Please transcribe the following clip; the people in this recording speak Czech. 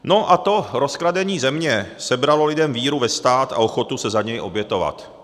No, a to rozkradení země sebralo lidem víru ve stát a ochotu se za něj obětovat.